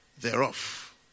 thereof